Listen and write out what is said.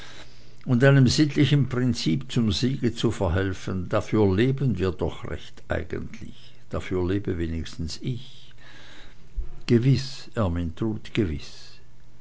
und einem sittlichen prinzip zum siege zu verhelfen dafür leben wir doch recht eigentlich dafür lebe wenigstens ich gewiß ermyntrud gewiß